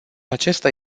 acesta